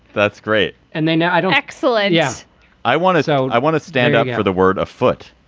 that's great. and they now i don't. excellent. yes i want us out. i want to stand up for the word of foot,